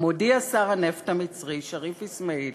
מודיע שר הנפט המצרי שריף אסמאעיל